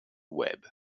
web